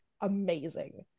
amazing